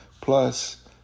Plus